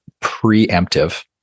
preemptive